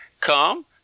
come